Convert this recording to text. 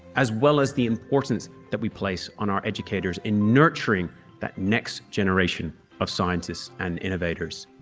as well as the importance that we place on our educators in nurturing that next generation of scientists and innovators,